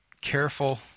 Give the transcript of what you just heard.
careful